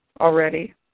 already